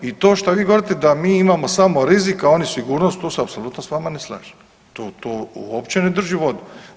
I to što vi govorite da mi imamo samo rizik, a oni sigurnost tu se apsolutno s vama ne slažem, to uopće ne drži vodu.